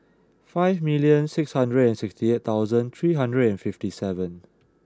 five million six hundred and sixty eight thousand three hundred and fifty seven